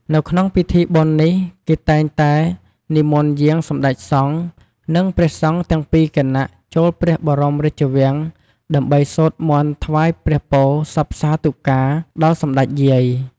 នៅក្នុងពិធីបុណ្យនេះគេតែងតែនិមន្តយាងសម្តេចសង្ឃ និងព្រះសង្ឃទាំងពីរគណៈចូលព្រះបរមរាជវាំងដើម្បីសូត្រមន្តថ្វាយព្រះពរសព្វសាធុការដល់សម្តេចយាយ។